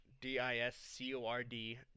d-i-s-c-o-r-d